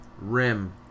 Rim